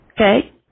okay